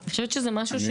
ראשית,